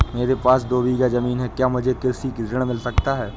मेरे पास दो बीघा ज़मीन है क्या मुझे कृषि ऋण मिल सकता है?